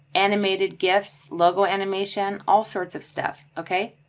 animated gifs, logo, animation, all sorts of stuff. okay.